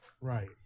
Right